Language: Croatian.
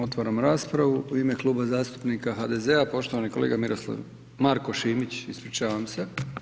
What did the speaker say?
Otvaram raspravu, u ime Kluba zastupnika HDZ-a, poštovani kolega Miroslav, Marko Šimić, ispričavam se.